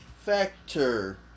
factor